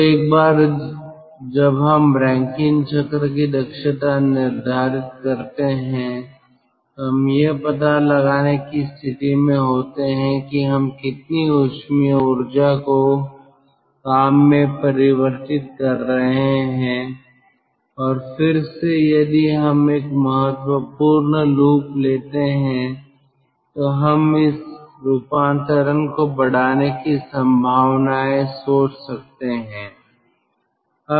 तो एक बार जब हम रैंकिन चक्र की दक्षता निर्धारित करते हैं तो हम यह पता लगाने की स्थिति में होते हैं कि हम कितनी ऊष्मीय ऊर्जा को काम में परिवर्तित कर रहे हैं और फिर से यदि हम एक महत्वपूर्ण लूप लेते हैं तो हम इस रूपांतरण को बढ़ाने की संभावनाएं सोच सकते है